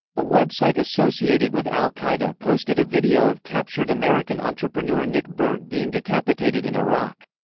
a website associated with al-qaeda posted a video of captured american entrepreneur nick berg being decapitated in iraq.